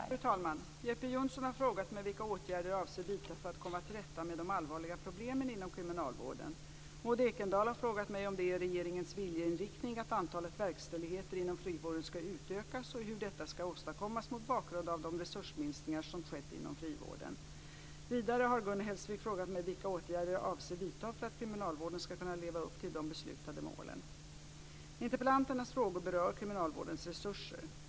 Fru talman! Jeppe Johnsson har frågat mig vilka åtgärder jag avser vidta för att komma till rätta med de allvarliga problemen inom kriminalvården. Maud Ekendahl har frågat mig om det är regeringens viljeinriktning att antalet verkställigheter inom frivården ska utökas och hur detta ska åstadkommas mot bakgrund av de resursminskningar som skett inom frivården. Vidare har Gun Hellsvik frågat mig vilka åtgärder jag avser vidta för att kriminalvården ska kunna leva upp till de beslutade målen. Interpellanternas frågor berör kriminalvårdens resurser.